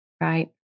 right